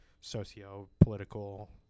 socio-political